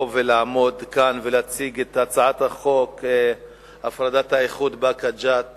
ולעמוד כאן ולהציג את הצעת חוק הפרדת האיחוד באקה ג'ת